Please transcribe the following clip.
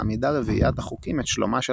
מעמידה רביעיית החוקים את שלומה של